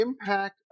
impact